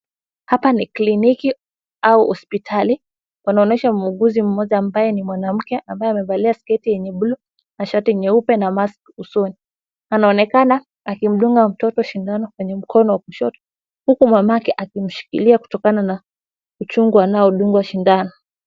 Hapa ni kliniki au hospitali. Kunaonyesha muuguzi mmoja ambaye ni mwanamke, amevalia sketi yenye buluu na shati nyeupe, na mask usoni. Anaonekana akimdunga mtoto shindano kwenye mkono wa kushoto huku mamake akimshikilia kutokana na uchungu anaodungwa shindano.